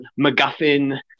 MacGuffin